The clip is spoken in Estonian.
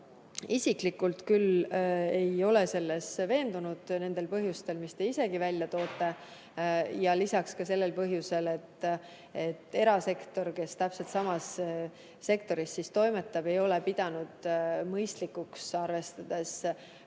isiklikult ei ole selles küll veendunud, nendel põhjustel, mis te isegi välja tõite. Lisaks ka sellel põhjusel, et erasektor, kes täpselt samas sektoris toimetab, ei ole pidanud mõistlikuks, arvestades maailma